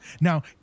Now